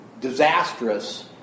disastrous